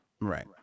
Right